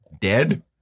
dead